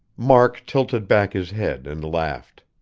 mark tilted back his head and laughed.